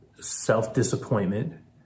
self-disappointment